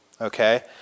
Okay